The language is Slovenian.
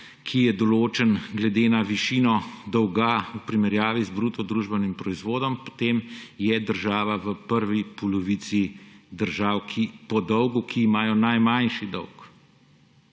ki je določen glede na višino dolga v primerjavi z bruto družbenim proizvodom, država v prvi polovici držav po dolgu, ki imajo najmanjši dolg.